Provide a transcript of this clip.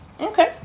okay